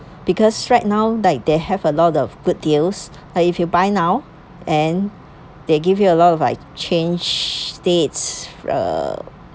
because right now like they have a lot of good deals like if you buy now and they give you a lot of like change states uh